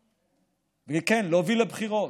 וכן, להוביל לבחירות.